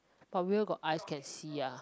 but whale got eyes can see ah